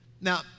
Now